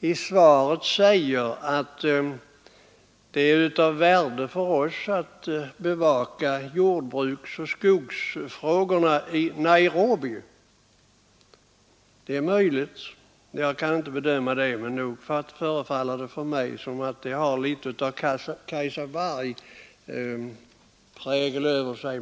i svaret säger att det är av värde för oss att bevaka jordbruksoch skogsfrågorna i Nairobi. Det är möjligt — jag kan inte bedöma det — men nog förefaller det mig som om det har en prägel av Kajsa Warg över sig.